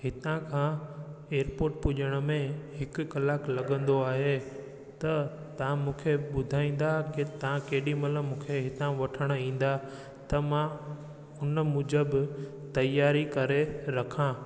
हितां खां एयरपोट पुजण में हिकु कलाकु लॻंदो आहे त ता मुखे ॿुधाईंदा कि तां केॾीम्लहि मुखे हितां वठण ईंदा त मां उन मूजिबि तयारी करे रखा